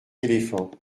éléphants